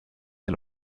del